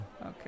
Okay